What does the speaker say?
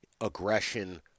aggression